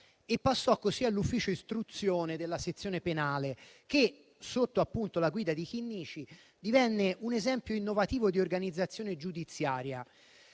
passò così all'ufficio istruzione della sezione penale, che sotto la guida di Chinnici divenne un esempio innovativo di organizzazione giudiziaria.